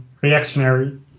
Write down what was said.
reactionary